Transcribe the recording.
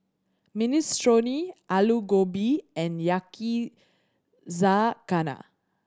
Minestrone Alu Gobi and Yakizakana